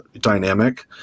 dynamic